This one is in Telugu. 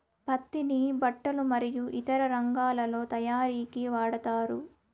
పత్తిని బట్టలు మరియు ఇతర రంగాలలో తయారీకి వాడతారు